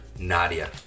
Nadia